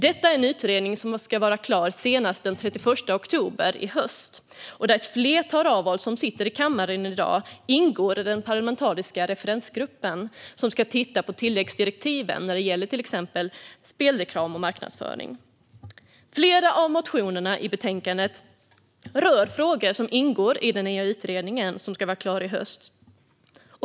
Detta är en utredning som ska vara klar senast den 31 oktober i höst. Ett flertal av oss som sitter här i kammaren i dag ingår i den parlamentariska referensgruppen som ska titta på tilläggsdirektiven när det gäller till exempel spelreklam och marknadsföring. Flera av motionerna i betänkandet rör frågor som ingår i den nya utredningen, som ska vara klar i höst.